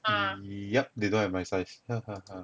yup they don't have my size hahaha